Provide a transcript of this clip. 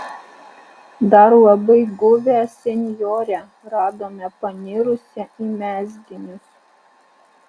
dar labai guvią senjorę radome panirusią į mezginius